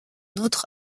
autre